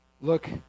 Look